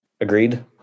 Agreed